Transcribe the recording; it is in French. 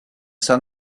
san